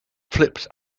flipped